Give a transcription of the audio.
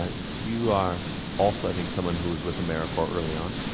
ah you are also, i think, someone who was with americorps early on.